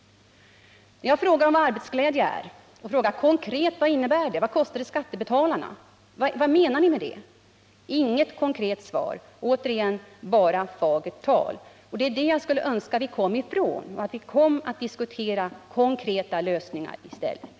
Jag frågar vad arbetsglädje är och frågar konkret: Vilka åtgärder avses? Vad kostar det skattebetalarna? Vad menar ni med arbetsglädje? Men jag får inget konkret svar. Återigen bara fagert tal. Det är det jag skulle önska att vi kom ifrån och att vi kom att diskutera konkreta lösningar i stället.